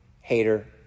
hater